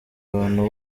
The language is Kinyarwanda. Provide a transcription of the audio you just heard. abantu